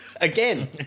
Again